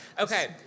Okay